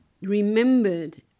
remembered